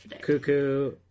Cuckoo